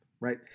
Right